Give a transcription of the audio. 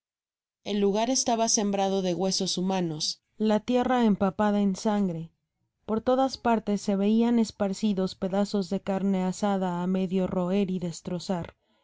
aquel lugar estaba sembrado de huesos humanos la tierra empapada en sangrejápor todas partes se veian espercidos pedazos de carne asada á medio iroer y destrozar